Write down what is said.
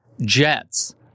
jets